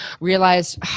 realized